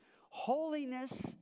Holiness